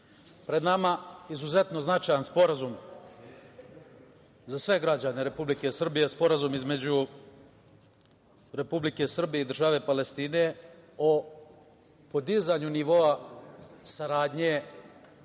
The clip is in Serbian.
pred nama je izuzetno značajan sporazum za sve građane Republike Srbije, Sporazum između Republike Srbije i države Palestine o podizanju nivoa saradnje